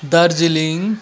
Darjeeling